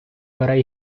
бере